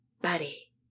Buddy